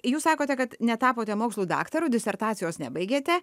jūs sakote kad netapote mokslų daktaru disertacijos nebaigėte